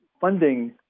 funding